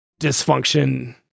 dysfunction